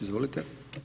Izvolite.